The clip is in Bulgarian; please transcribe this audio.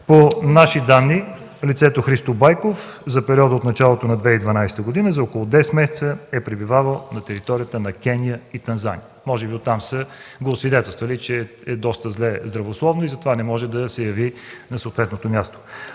По наши данни лицето Христо Байков за периода от началото на 2012 г. за около 10 месеца е пребивавал на територията на Кения и Танзания. Може би оттам са го освидетелствали, че е доста зле здравословно и затова не може да се яви на съответното място.